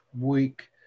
week